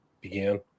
began